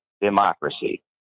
democracy